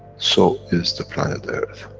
so is the planet earth,